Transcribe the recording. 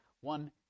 one